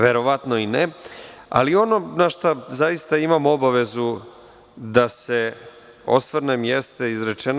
Verovatno i ne, ali ono na šta zaista imam obavezu da se osvrnem jeste izrečeno.